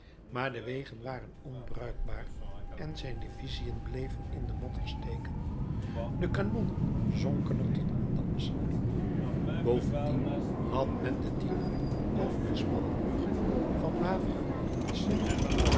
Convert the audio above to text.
maar de wegen waren onbruikbaar en zijn divisiën bleven in de modder steken de kanonnen zonken er tot aan de assen in bovendien had men de dyle over de smalle brug van wavre moeten passeeren